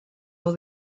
all